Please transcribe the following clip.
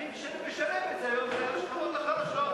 ומי שמשלם את זה היום אלו השכבות החלשות.